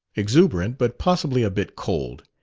exuberant, but possibly a bit cold.